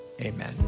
amen